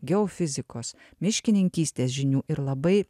geofizikos miškininkystės žinių ir labai